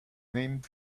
named